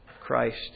Christ